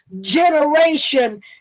generation